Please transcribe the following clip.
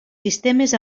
sistemes